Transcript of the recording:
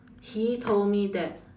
he told me that